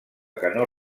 canó